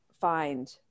find